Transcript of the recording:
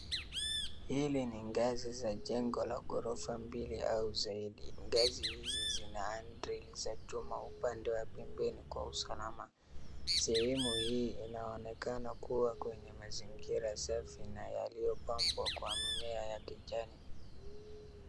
Hili ni ngazi za jengo la gorofa mbili au zaidi. Ngazi hizi zina handrill za chuma upande wa pembeni kwa usalama. Sehemu hii inaonekana kuwa kwenye mazingira safi na yaliyopambwa kwa mimea ya kijani.